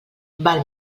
val